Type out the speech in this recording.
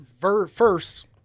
first